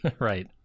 Right